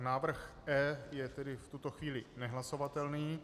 Návrh E je tedy v tuto chvíli nehlasovatelný.